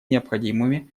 необходимыми